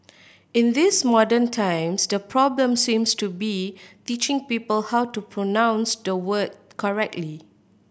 in these modern times the problem seems to be teaching people how to pronounce the word correctly